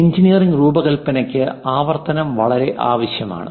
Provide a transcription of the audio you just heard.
engineering രൂപകൽപ്പനയ്ക്ക് ആവർത്തനം വളരെ ആവശ്യമാണ്